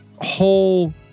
whole